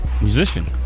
musician